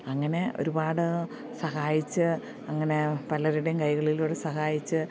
അങ്ങനെ ഒരുപാട് സഹായിച്ചു അങ്ങനെ പലരുടേയും കൈകളിലൂടെ സഹായിച്ചു